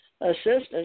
assistance